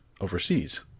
overseas